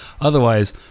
Otherwise